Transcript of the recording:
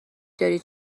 داری